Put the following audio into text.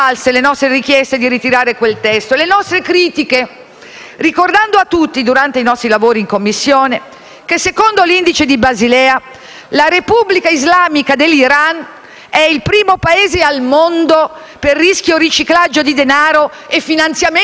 ricordando a tutti, durante i nostri lavori in Commissione, che, secondo l'Indice di Basilea, la Repubblica islamica dell'Iran è il primo Paese al mondo per rischio di riciclaggio di denaro e finanziamento al terrorismo, addirittura prima dell'Afghanistan.